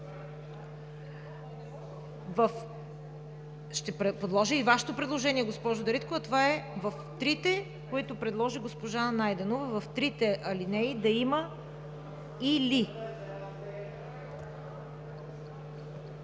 Ще подложа и Вашето предложение, госпожо Дариткова. Това е в трите алинеи, които предложи госпожа Найденова – в трите алинеи, да има „или“.